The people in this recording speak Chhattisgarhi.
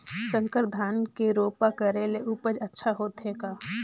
संकर धान के रोपा करे ले उपज अच्छा होथे का?